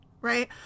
right